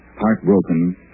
Heartbroken